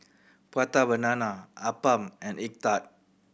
Prata Banana appam and egg tart